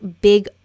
big